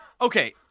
Okay